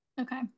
Okay